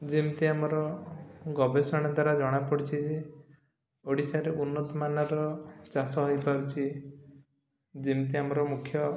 ଯେମିତି ଆମର ଗବେଷଣା ଦ୍ୱାରା ଜଣାପଡ଼ିଛିି ଯେ ଓଡ଼ିଶାରେ ଉନ୍ନତମାନର ଚାଷ ହେଇପାରୁଛି ଯେମିତି ଆମର ମୁଖ୍ୟ